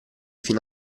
fino